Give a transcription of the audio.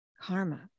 Karma